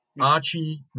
Archie